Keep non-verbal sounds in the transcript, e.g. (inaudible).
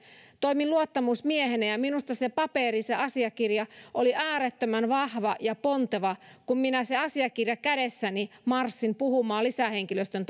toimin luottamusmiehenä ja ja minusta se paperi se asiakirja oli äärettömän vahva ja ponteva kun minä se asiakirja kädessäni marssin puhumaan lisähenkilöstön (unintelligible)